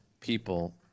people